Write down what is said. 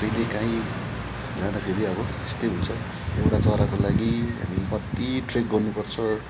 कहिलेकाहीँ जाँदाखेरि अब यस्तै हुन्छ एउटा चराको लागि हामी कति ट्रेक गर्नुपर्छ